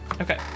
Okay